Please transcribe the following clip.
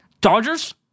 Dodgers